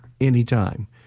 anytime